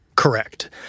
Correct